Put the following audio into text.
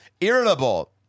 irritable